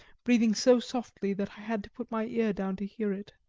breathing so softly that i had to put my ear down to hear it.